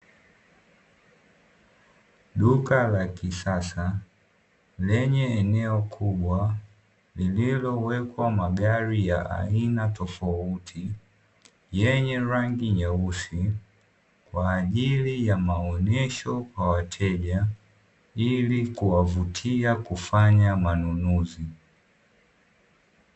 Duka la kisasa lenye eneo kubwa lililowekwa magari ya aina tofauti, yenye rangi nyeusi kwa ajili ya maonyesho kwa wateja ili kuwavutia kufanya manunuzi.